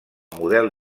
model